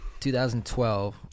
2012